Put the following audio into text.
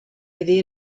iddi